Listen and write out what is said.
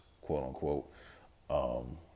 quote-unquote